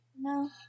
No